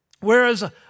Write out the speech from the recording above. whereas